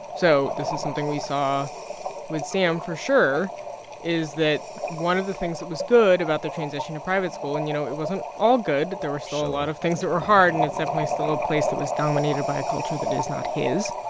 so this is something we saw with sam for sure is that one of the things that was good about the transition to private school and, you know, it wasn't all good sure there were still a lot of things that were hard and it's definitely still a place that was dominated by a culture that is not his.